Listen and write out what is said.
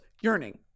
yearning